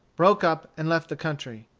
broke up, and left the country.